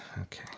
Okay